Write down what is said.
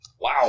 Wow